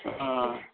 अँ